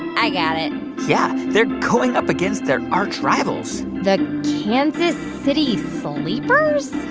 i got it yeah, they're going up against their archrivals the kansas city sleepers?